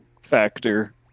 factor